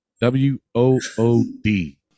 W-O-O-D